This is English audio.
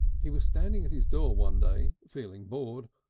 he was standing at his door one day, feeling bored,